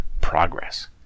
progress